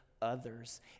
others